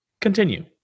Continue